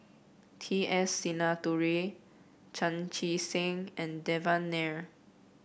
T S Sinnathuray Chan Chee Seng and Devan Nair